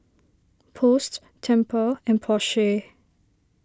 Post Tempur and Porsche